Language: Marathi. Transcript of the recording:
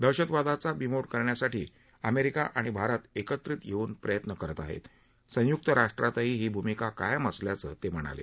दहशतवादाचा बीमोड करण्यासाठी अमेरिका आणि भारत एकत्रित येऊन प्रयत्न करत आहेत संयुक्त राष्ट्रांतही ही भूमिका कायम असल्याचं ते म्हणाले